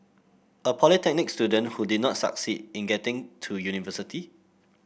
a polytechnic student who did not succeed in getting to university